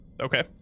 Okay